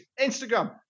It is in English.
Instagram